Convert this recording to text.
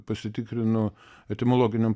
pasitikrinu etimologinėm